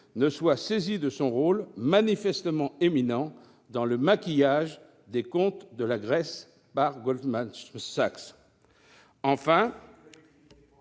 ne soit saisie de son rôle, manifestement éminent, dans le maquillage des comptes de la Grèce par Goldman Sachs. Est-ce